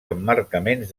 emmarcaments